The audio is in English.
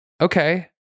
Okay